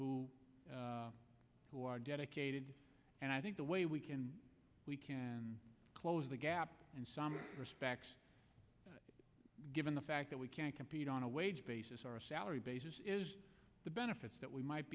are who are dedicated and i think the way we can close the gap in some respects given the fact that we can't compete on a wage basis or a salary basis is the benefits that we might